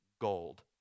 gold